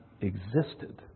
Existed